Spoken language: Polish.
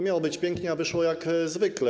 Miało być pięknie, a wyszło jak zwykle.